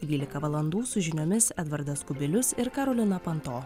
dvylika valandų su žiniomis edvardas kubilius ir karolina panto